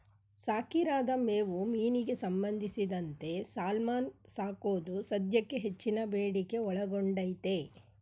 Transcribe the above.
ಸಾಕಿರದ ಮೇವು ಮೀನಿಗೆ ಸಂಬಂಧಿಸಿದಂತೆ ಸಾಲ್ಮನ್ ಸಾಕೋದು ಸದ್ಯಕ್ಕೆ ಹೆಚ್ಚಿನ ಬೇಡಿಕೆ ಒಳಗೊಂಡೈತೆ